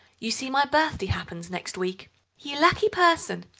you see, my birthday happens next week you lucky person,